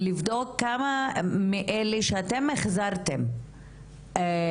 כלומר לבדוק כמה מאלה שאתם החזרתם לעבודה-